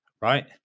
right